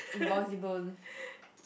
impossible